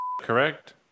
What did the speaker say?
correct